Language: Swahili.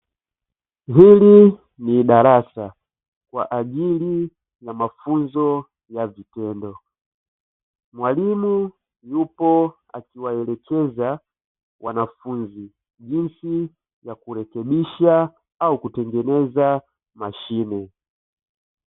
Hili ni darasa kwa ajili ya mafunzo ya vitendo, mwalimu yupo akiwaelekeza wanafunzi jinsi ya kurekebisha au kutengeneza mashine.